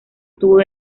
tuvo